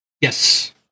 Yes